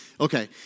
okay